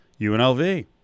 UNLV